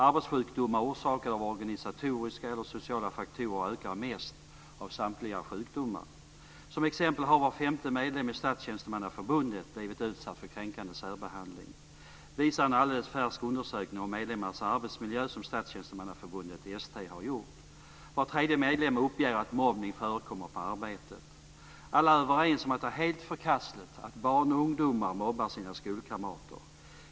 Arbetssjukdomar orsakade av organisatoriska eller sociala faktorer ökar mest av samtliga sjukdomar. Som exempel har var femte medlem i Statstjänstemannaförbundet blivit utsatt för kränkande särbehandling. Det visar en alldeles färsk undersökning om medlemmarnas arbetsmiljö som Statstjänstemannaförbundet, ST, har gjort. Var tredje medlem uppger att mobbning förekommer på arbetet. Alla är överens om att det är helt förkastligt att barn och ungdomar mobbar sina skolkamrater.